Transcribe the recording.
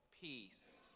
peace